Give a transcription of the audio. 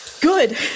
Good